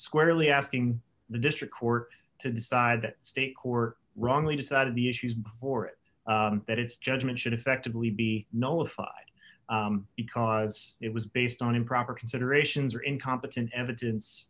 squarely asking the district court to decide that state court wrongly decided the issues before it that its judgment should effectively be nullified because it was based on improper considerations or incompetent evidence